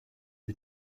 are